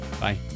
bye